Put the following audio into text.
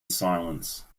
silence